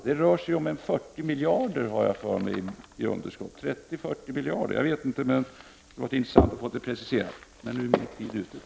Jag har för mig att det rör sig om 30-40 miljarder i underskott.